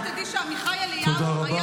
רק שתדעי שעמיחי אליהו היה